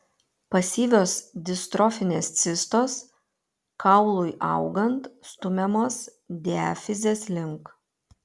pasyvios distrofinės cistos kaului augant stumiamos diafizės link